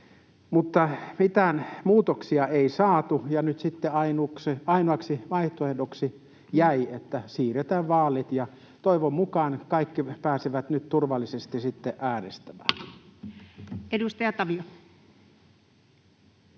mutta mitään muutoksia ei saatu, ja nyt sitten ainoaksi vaihtoehdoksi jäi, että siirretään vaalit. Toivon mukaan kaikki pääsevät nyt turvallisesti äänestämään. Edustaja Tavio.